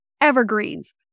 Evergreens